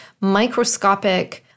microscopic